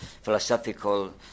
philosophical